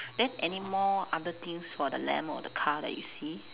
then anymore other things for the lamp or the car that you see